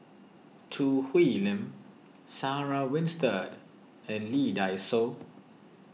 Choo Hwee Lim Sarah Winstedt and Lee Dai Soh